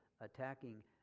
attacking